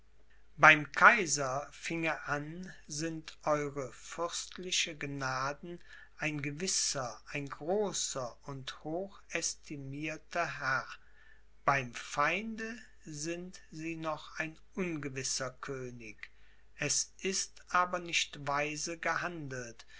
beim kaiser fing er an sind eure fürstliche gnaden ein gewisser ein großer und hoch ästimirter herr beim feinde sind sie noch ein ungewisser könig es ist aber nicht weise gehandelt